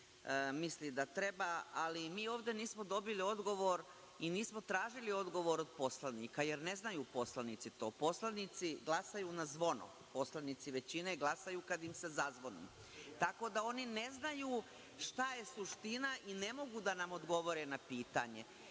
misli da treba. Ali, mi ovde nismo dobili odgovor i nismo tražili odgovor od poslanika, jer ne znaju poslanici to. Poslanici glasaju na zvonu, poslanici većine glasaju kad im se zazvoni, tako da oni ne znaju šta je suština i ne mogu da nam odgovore na pitanje. Dakle,